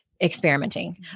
experimenting